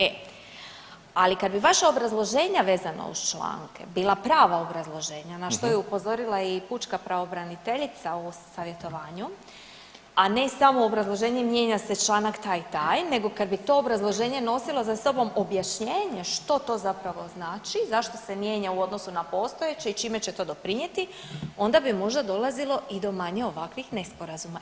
E ali kad bi vaše obrazloženja vezano uz članke bila prava obrazloženja na što je upozorila i pučka pravobraniteljica u savjetovanju, a ne samo obrazloženje mijenja se članak taj i taj, nego kad bi to obrazloženje nosilo za sobom objašnjenje što to zapravo znači zašto se mijenja u odnosu na postojeće i čime će to doprinijeti, onda bi možda dolazilo i do manje ovakvih nesporazuma.